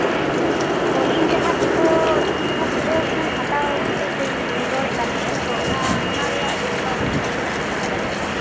ᱚᱸᱻ ᱛᱚ ᱤᱧ ᱡᱟᱦᱟᱸ ᱵᱷᱤᱵᱳ ᱤᱧ ᱡᱟᱦᱟᱸ ᱵᱷᱤᱵᱳ ᱯᱷᱳᱱ ᱦᱟᱛᱟᱣ ᱠᱷᱟᱹᱛᱤᱨ ᱛᱮᱧ ᱢᱮᱱᱮᱧ ᱨᱚᱲᱮᱫ ᱠᱟᱱ ᱛᱟᱦᱮᱱ ᱛᱚ ᱚᱱᱟ ᱚᱱᱟ ᱨᱮᱭᱟᱜ ᱰᱤᱥᱠᱟᱭᱩᱱᱴ ᱢᱟᱱᱮ ᱛᱤᱱᱟᱹᱜ ᱫᱤᱱ ᱛᱟᱦᱮᱸ ᱫᱟᱲᱮᱭᱟᱜᱼᱟ